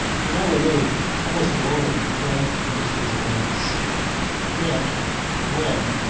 he now remained almost alone of the friends and ministers of marcus and when,